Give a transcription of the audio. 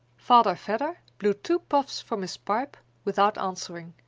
father vedder blew two puffs from his pipe without answering.